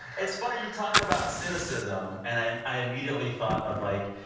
it's funny you talk about cynicism, and i and i immediately thought of, like,